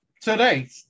today